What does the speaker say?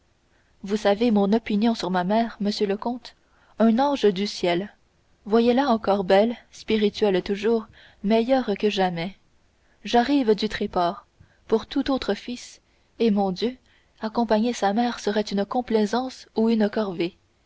vous savez mon opinion sur ma mère monsieur le comte un ange du ciel voyez la encore belle spirituelle toujours meilleure que jamais j'arrive du tréport pour tout autre fils eh mon dieu accompagner sa mère serait une complaisance ou une corvée